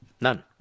None